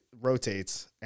rotates